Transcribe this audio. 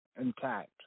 intact